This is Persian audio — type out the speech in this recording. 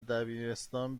دبیرستان